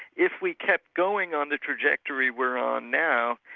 if we kept going on the trajectory we're on now,